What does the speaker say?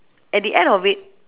at the end of it